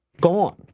Gone